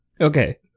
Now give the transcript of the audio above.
okay